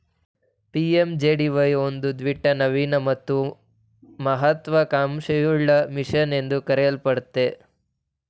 PMJDY ಒಂದು ದಿಟ್ಟ ನವೀನ ಮತ್ತು ಮಹತ್ವ ಕಾಂಕ್ಷೆಯುಳ್ಳ ಮಿಷನ್ ಎಂದು ಕರೆಯಲ್ಪಟ್ಟಿದೆ